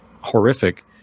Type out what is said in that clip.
horrific